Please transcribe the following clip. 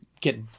get